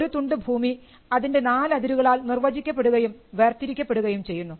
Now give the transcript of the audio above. ഒരു തുണ്ട് ഭൂമി അതിൻറെ നാലതിരുകളാൽ നിർവചിക്കപ്പെടുകയും വേർതിരിക്കപ്പെടുകയും ചെയ്യുന്നു